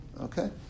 Okay